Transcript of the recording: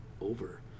over